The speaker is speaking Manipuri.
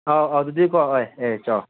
ꯑꯥ ꯑꯗꯨꯗꯤꯀꯣ ꯑꯣꯏ ꯑꯦ ꯆꯥ